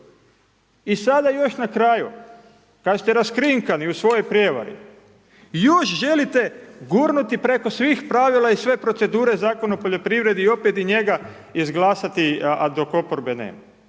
I sada još na kraju, kad ste raskrinkani u svojoj prijevari, još želite gurnuti preko svih pravila i sve procedure Zakona o poljoprivredi, i opet i njega izglasati, a dok oporbe nema.